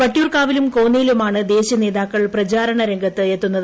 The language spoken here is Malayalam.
വട്ടിയൂർക്കാവിലും കോന്നിയിലുമാണ് ദേശീയ നേതാക്കൾ പ്രചാരണ രംഗത്തെത്തുന്നത്